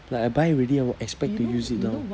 like I buy already I will expect to use it now